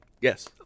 Yes